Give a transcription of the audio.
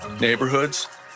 neighborhoods